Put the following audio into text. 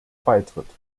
beitritt